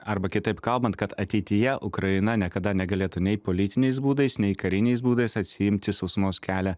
arba kitaip kalbant kad ateityje ukraina niekada negalėtų nei politiniais būdais nei kariniais būdais atsiimti sausumos kelią